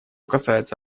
касается